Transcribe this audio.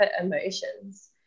emotions